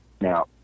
Now